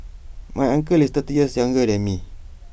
my uncle is thirty years younger than me